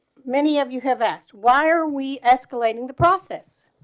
many of you have asked why are we escalating the process.